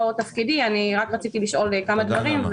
תפקידי אני רק רציתי לשאול כמה דברים,